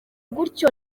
gutyo